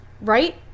right